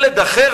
ילד אחר,